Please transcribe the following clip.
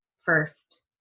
first